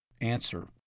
Answer